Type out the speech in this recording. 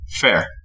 fair